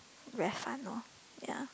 very fun lor ya